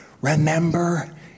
Remember